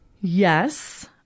Yes